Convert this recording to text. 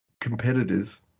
competitors